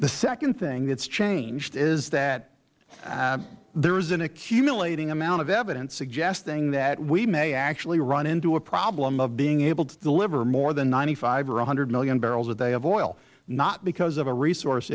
the second thing that has changed is that there is an accumulating amount of evidence suggesting that we may actually run into a problem of being able to deliver more than ninety five or one hundred million barrels a day of oil not because of a resource